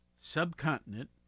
subcontinent